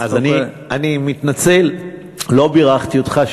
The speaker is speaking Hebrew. אני מתנצל שלא בירכתי אותך.